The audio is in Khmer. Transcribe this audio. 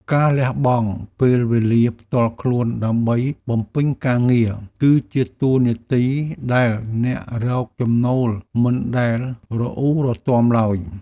ការលះបង់ពេលវេលាផ្ទាល់ខ្លួនដើម្បីបំពេញការងារ គឺជាតួនាទីដែលអ្នករកចំណូលមិនដែលរអ៊ូរទាំឡើយ។